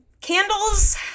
Candles